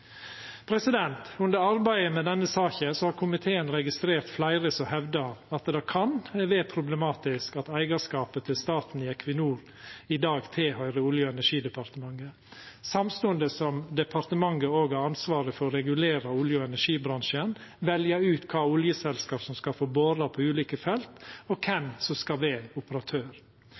Under arbeidet med denne saka har komiteen registrert fleire som hevdar at det kan vera problematisk at eigarskapet til staten i Equinor i dag tilhøyrer Olje- og energidepartementet, samstundes som departementet òg har ansvaret for å regulera olje- og energibransjen, velja ut kva oljeselskap som skal få bora på ulike felt og kven som skal vera operatør.